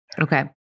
Okay